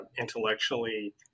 intellectually